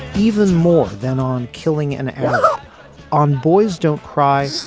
even more than on killing an arab on boys don't cry.